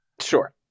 Sure